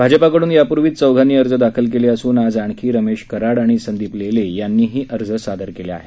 भाजपकडून यापूर्वीच चौघांनी अर्ज दाखल केले असून आज आणखी रमेश कराड आणि संदीप लेले यांनीही अर्ज सादर केला आहे